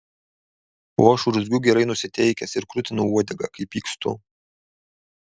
o aš urzgiu gerai nusiteikęs ir krutinu uodegą kai pykstu